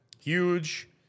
Huge